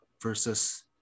versus